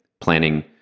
planning